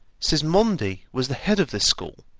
sismondi was the head of this school,